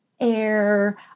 air